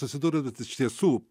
susidūrus bet iš tiesų